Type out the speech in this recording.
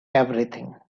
everything